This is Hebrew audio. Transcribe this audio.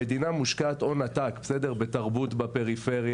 המדינה מושקעת הון עתק בתרבות בפריפריה,